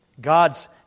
God's